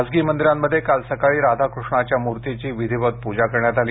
खासगी मंदिरांमध्ये काल सकाळी राधा कृष्णाच्या मूर्तीची विधिवत पूजा करण्यात आली